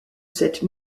cette